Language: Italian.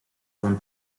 con